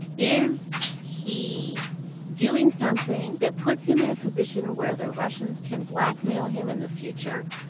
is he doing something that puts him in a position where the russians can blackmail him in the future?